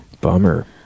Bummer